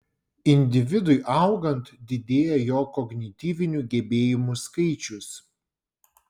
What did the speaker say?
individui augant didėja jo kognityvinių gebėjimų skaičius